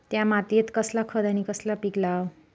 त्या मात्येत कसला खत आणि कसला पीक लाव?